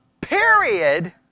period